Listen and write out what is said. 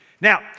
Now